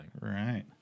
Right